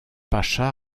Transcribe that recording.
pacha